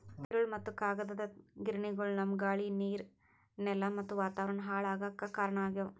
ತಿರುಳ್ ಮತ್ತ್ ಕಾಗದದ್ ಗಿರಣಿಗೊಳು ನಮ್ಮ್ ಗಾಳಿ ನೀರ್ ನೆಲಾ ಮತ್ತ್ ವಾತಾವರಣ್ ಹಾಳ್ ಆಗಾಕ್ ಕಾರಣ್ ಆಗ್ಯವು